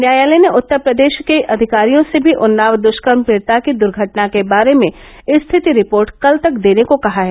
न्यायालय ने उत्तर प्रदेश के अधिकारियों से भी उन्नाव द्वष्कर्म पीडिता की दुर्घटना के बारे में स्थिति रिपोर्ट कल तक देने को कहा है